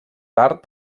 art